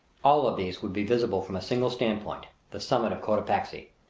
all of these would be visible from a single stand-point the summit of cotopaxi.